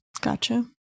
Gotcha